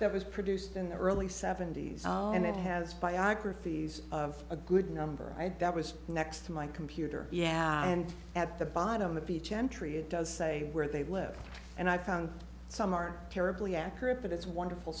that was produced in the early seventy's and it has biographies of a good number that was next to my computer yeah and at the bottom of each entry it does say where they work and i found some are terribly accurate but it's wonderful